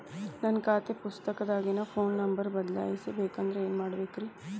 ನನ್ನ ಖಾತೆ ಪುಸ್ತಕದಾಗಿನ ಫೋನ್ ನಂಬರ್ ಬದಲಾಯಿಸ ಬೇಕಂದ್ರ ಏನ್ ಮಾಡ ಬೇಕ್ರಿ?